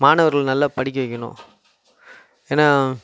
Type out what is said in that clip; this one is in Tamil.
மாணவர்களை நல்லா படிக்க வைக்கணும் ஏன்னால்